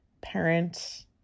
parent